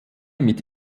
mit